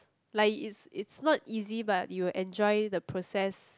like it's it's not easy but you will enjoy the process